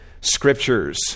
scriptures